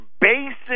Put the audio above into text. basic